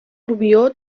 rubió